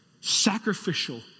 sacrificial